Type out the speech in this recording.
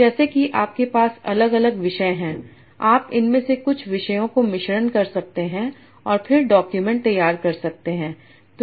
तो जैसे कि आपके पास अलग अलग विषय हैं आप इनमें से कुछ विषयों को मिश्रण कर सकते हैं और फिर डॉक्यूमेंट तैयार कर सकते हैं